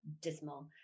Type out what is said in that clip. dismal